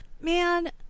man